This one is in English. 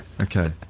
Okay